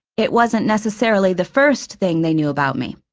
it wasn't necessarily the first thing they knew about me.